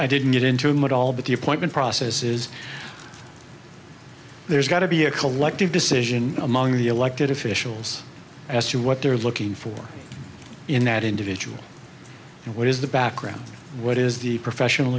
i didn't get into might all but the appointment process is there's got to be a collective decision among the elected officials as to what they're looking for in that individual and what is the background what is the professional